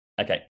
okay